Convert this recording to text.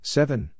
Seven